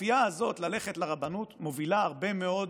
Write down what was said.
הכפייה הזאת ללכת לרבנות מובילה הרבה מאוד